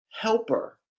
helper